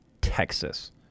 Texas